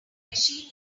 machine